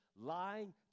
lying